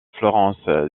florence